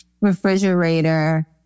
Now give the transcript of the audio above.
refrigerator